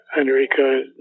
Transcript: Enrica